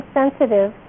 sensitive